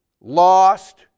lost